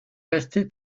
resté